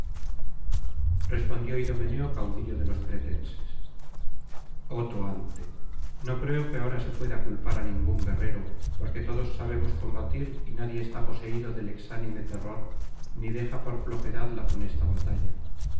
respondió idomeneo caudillo de los cretenses oh toantel no creo que ahora se pueda culpar á ningún guerrero porque todos sabemos combatir y nadie está poseído del exánime terror ni deja por flojedad la funesta batalla